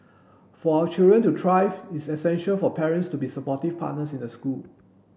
for our children to thrive it's essential for parents to be supportive partners in the school